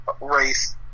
race